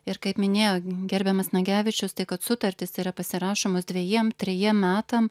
ir kaip minėjo gerbiamas nagevičius tai kad sutartys yra pasirašomos dvejiem trejiem metam